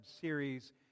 series